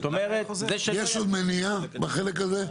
יש עוד מניעה בחלק הזה?